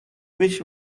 wish